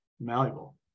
malleable